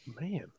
man